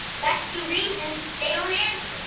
that's the reason they don't answer.